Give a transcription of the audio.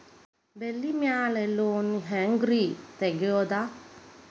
ಬೆಳಿ ಮ್ಯಾಲೆ ಲೋನ್ ಹ್ಯಾಂಗ್ ರಿ ತೆಗಿಯೋದ?